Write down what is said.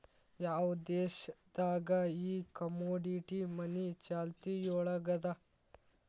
ಯಾವ್ ದೇಶ್ ದಾಗ್ ಈ ಕಮೊಡಿಟಿ ಮನಿ ಚಾಲ್ತಿಯೊಳಗದ?